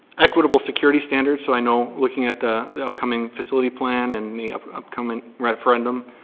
equitable security standards. so i know looking at the the upcoming facility plan and the upcoming referendum,